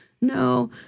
no